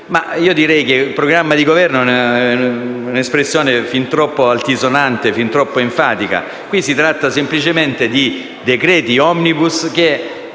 Io direi che programma di Governo è un'espressione fin troppo altisonante ed enfatica. Si tratta semplicemente di decreti *omnibus* che